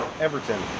Everton